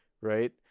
right